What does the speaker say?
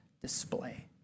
display